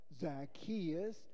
Zacchaeus